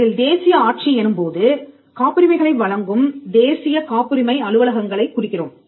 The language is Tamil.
இதில் தேசிய ஆட்சி எனும் போது காப்புரிமைகளை வழங்கும் தேசிய காப்புரிமை அலுவலகங்களைக் குறிக்கிறோம்